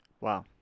Wow